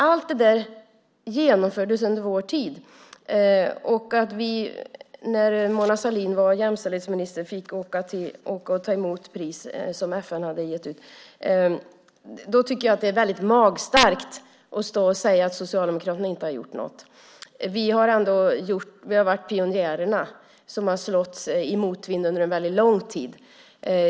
Allt det genomfördes under vår tid, och jämställdhetsminister Mona Sahlin fick åka och ta emot pris av FN. Då är det magstarkt att stå och säga att Socialdemokraterna inte har gjort något. Vi har varit pionjärerna som har slagits i motvind under en lång tid.